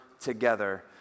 together